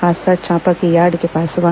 हादसा चांपा के यार्ड के पास हुआ